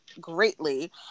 greatly